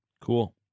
Cool